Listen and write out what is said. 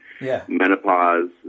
Menopause